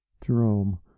jerome